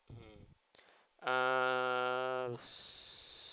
mmhmm err